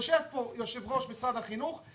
יושב פה יושב-ראש משרד החינוך.